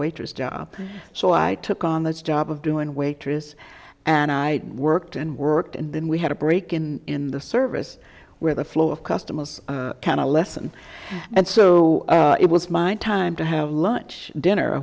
waitress job so i took on the job of doing waitress and i worked and worked and then we had a break in in the service where the flow of customers kind of lesson and so it was my time to have lunch dinner or